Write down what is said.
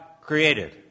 created